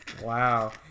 Wow